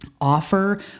Offer